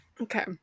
Okay